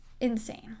insane